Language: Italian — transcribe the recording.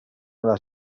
nella